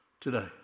today